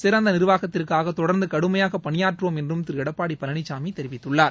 சிறந்த நிர்வாகத்திற்காக தொடர்ந்து கடுமையாக பணியாற்றுவோம் என்றும் திரு எடப்பாடி பழனிசாமி தெரிவித்துள்ளார்